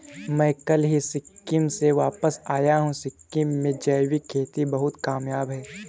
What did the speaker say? मैं कल ही सिक्किम से वापस आया हूं सिक्किम में जैविक खेती बहुत कामयाब है